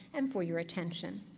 and for your attention.